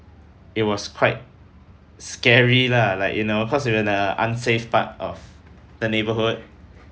it was quite scary lah like you know cause we were in a unsafe part of the neighbourhood